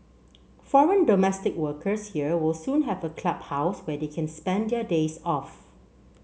foreign domestic workers here will soon have a clubhouse where they can spend their days off